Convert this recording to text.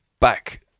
back